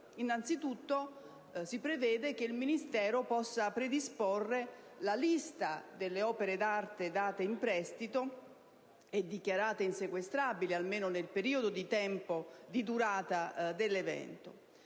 Innanzitutto, si prevede che il Ministero possa predisporre la lista delle opere d'arte date in prestito e dichiarate insequestrabili, almeno nel periodo di durata dell'evento.